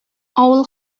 авыл